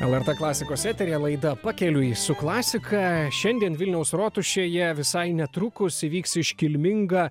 lrt klasikos eteryje laida pakeliui su klasika šiandien vilniaus rotušėje visai netrukus įvyks iškilminga